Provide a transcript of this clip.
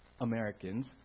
Americans